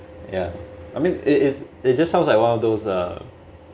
ya I mean it it's just sounds like one of those uh